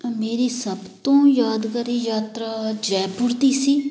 ਮੇਰੀ ਸਭ ਤੋਂ ਯਾਦਗਾਰੀ ਯਾਤਰਾ ਜੈਪੁਰ ਦੀ ਸੀ